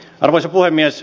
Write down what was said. arvoisa puhemies